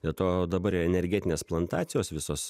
be to dabar energetinės plantacijos visos